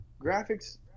graphics